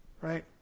right